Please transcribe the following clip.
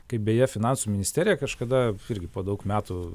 kaip beje finansų ministerija kažkada irgi po daug metų